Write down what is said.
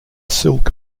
silk